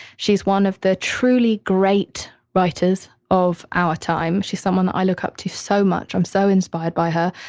she's one of the truly great writers of our time. she's someone i look up to so much. i'm so inspired by her.